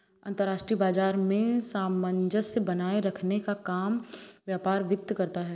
अंतर्राष्ट्रीय बाजार में सामंजस्य बनाये रखने का काम व्यापार वित्त करता है